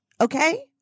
Okay